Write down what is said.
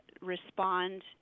respond